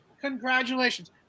Congratulations